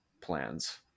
plans